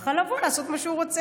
והוא יוכל לבוא לעשות מה שהוא רוצה.